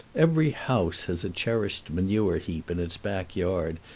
every house has a cherished manure heap in its back yard,